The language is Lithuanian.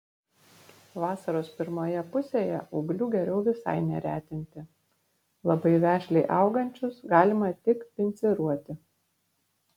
vasaros pirmoje pusėje ūglių geriau visai neretinti labai vešliai augančius galima tik pinciruoti